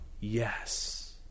yes